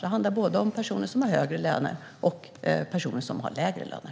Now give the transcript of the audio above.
Det handlar alltså både om personer med högre löner och om personer med lägre löner.